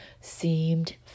seemed